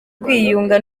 kwiyunga